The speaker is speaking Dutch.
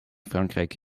frankrijk